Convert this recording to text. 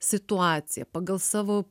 situaciją pagal savo